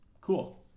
Cool